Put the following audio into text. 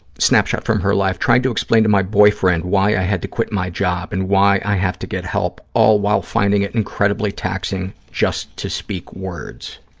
snapshot from her life, trying to explain to my boyfriend why i had to quit my job and why i have to get help, all while finding it incredibly taxing just to speak words.